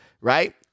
right